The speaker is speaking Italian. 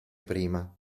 prima